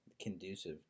conducive